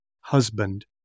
husband